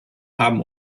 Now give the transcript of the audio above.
haben